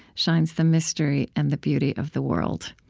shines the mystery and the beauty of the world.